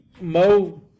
Mo